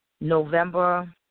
November